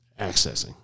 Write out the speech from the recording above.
accessing